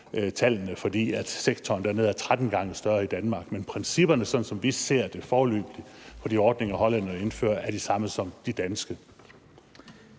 fordi sektoren dernede er 13 gange større end i Danmark. Men principperne, sådan som vi foreløbig ser det i de ordninger, hollænderne indfører, er de samme som de danske.